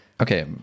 Okay